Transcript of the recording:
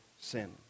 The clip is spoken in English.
sin